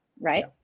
right